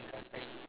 ya